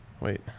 Wait